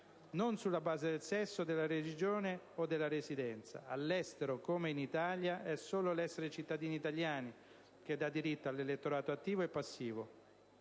non sulla base del sesso, della religione o della residenza. All'estero, come in Italia, è solo l'essere cittadini italiani che dà diritto all'elettorato attivo e passivo.